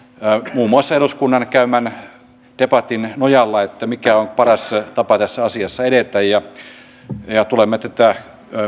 muun muassa eduskunnan käymän debatin nojalla mikä on paras tapa tässä asiassa edetä ja tulemme tätä